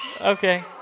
Okay